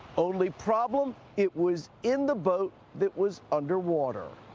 only problem? it was in the boat that was underwater.